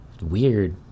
weird